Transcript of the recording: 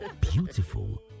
Beautiful